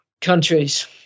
countries